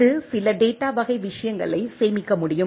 இது சில டேட்டா வகை விஷயங்களை சேமிக்க முடியும்